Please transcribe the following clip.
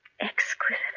Exquisite